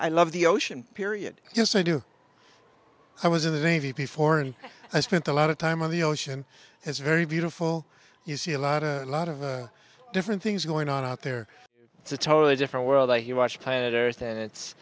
i love the ocean period yes i do i was in the navy before and i spent a lot of time on the ocean is very beautiful you see a lot a lot of different things going on out there it's a totally different world out here watch planet earth and it's